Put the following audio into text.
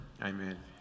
Amen